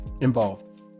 involved